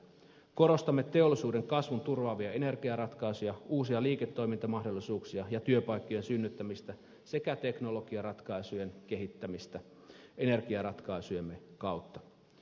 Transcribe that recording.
korostamme teollisuuden kasvun turvaavia energiaratkaisuja uusia liiketoimintamahdollisuuksia ja työpaikkojen synnyttämistä sekä teknologiaratkaisujen kehittämistä energiaratkaisujemme kautta